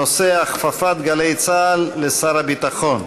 הנושא: הכפפת גלי צה"ל לשר הביטחון.